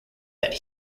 that